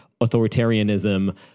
authoritarianism